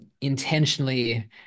intentionally